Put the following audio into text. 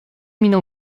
minął